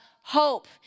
hope